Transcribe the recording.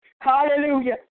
Hallelujah